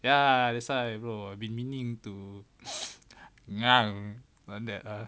ya that's why bro I've been meaning to on that ah